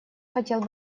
хотел